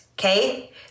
okay